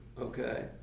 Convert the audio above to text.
okay